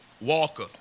Walker